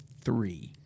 three